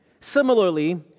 Similarly